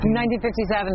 1957